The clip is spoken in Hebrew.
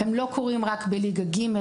הם לא קורים רק בליגה ג',